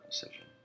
decision